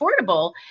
affordable